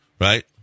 Right